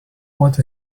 what